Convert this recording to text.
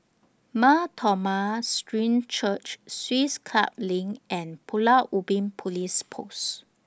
Mar Thoma Syrian Church Swiss Club LINK and Pulau Ubin Police Post